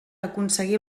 aconseguir